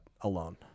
alone